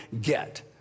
get